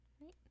Right